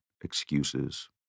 excuses